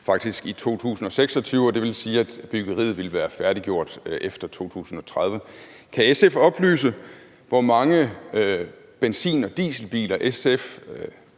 faktisk i 2026, og det vil sige, at byggeriet ville være færdiggjort efter 2030. Kan SF oplyse, hvor mange benzin- og dieselbiler SF